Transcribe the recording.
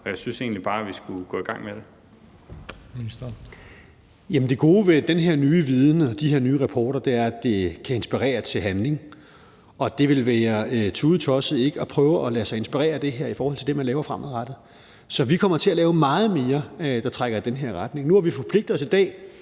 og fiskeri (Rasmus Prehn): Jamen det gode ved den her nye viden og de her nye rapporter er, at det kan inspirere til handling, og det ville være tudetosset ikke at prøve at lade sig inspirere af det her i forhold til det, man laver fremadrettet. Så vi kommer til at lave meget mere, der trækker i den her retning. Nu har vi i dag forpligtet os på at